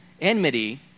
enmity